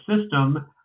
system